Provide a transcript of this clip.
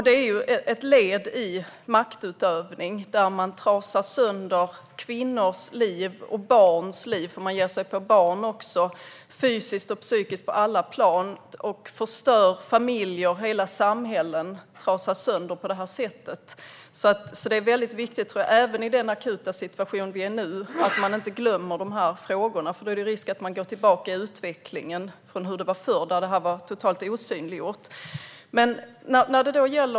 Det är ett led i maktutövning där man trasar sönder kvinnors och barns liv, för man ger sig också på barn, fysiskt och psykiskt på alla plan. Man förstör familjer, och hela samhällen trasas på det sättet sönder. Det är väldigt viktigt att man även i den akuta situation vi nu befinner oss i inte glömmer de frågorna. Då är det risk att man går tillbaka i utvecklingen till hur det var förr då det var totalt osynliggjort.